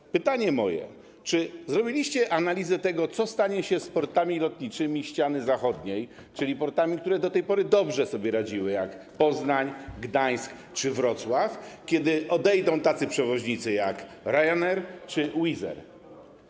Moje pytanie: Czy zrobiliście analizę, co stanie się z portami lotniczymi ściany zachodniej, czyli portami, które do tej pory dobrze sobie radziły, takimi jak Poznań, Gdańsk czy Wrocław, kiedy odejdą tacy przewoźnicy jak Ryanair czy Wizz Air?